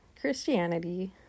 Christianity